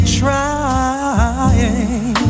trying